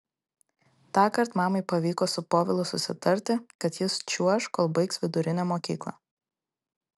tąkart mamai pavyko su povilu susitarti kad jis čiuoš kol baigs vidurinę mokyklą